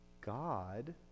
God